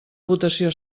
votació